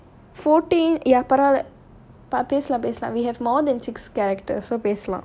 eh fourteen ya பரவால்ல பேசலாம் பேசலாம்:paravaala pesalaam pesalaam pace lah pace lah we have more than six character surface so pace them out